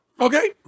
Okay